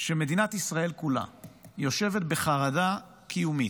שמדינת ישראל כולה יושבת בחרדה קיומית,